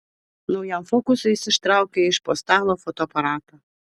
naujam fokusui jis ištraukė iš po stalo fotoaparatą